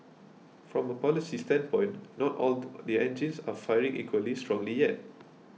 from a policy standpoint not all the engines are firing equally strongly yet